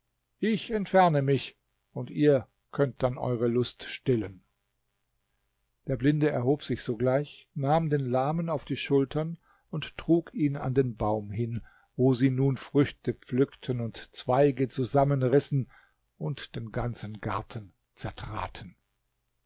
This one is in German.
ich entferne mich und ihr könnt dann eure lust stillen der blinde erhob sich sogleich nahm den lahmen auf die schultern und trug ihn an den baum hin wo sie nun früchte pflückten und zweige zusammenrissen und den ganzen garten zertraten